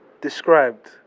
described